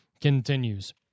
continues